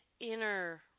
inner